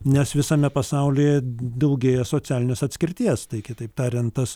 nes visame pasaulyje daugėja socialinės atskirties kitaip tariant tas